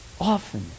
Often